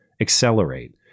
accelerate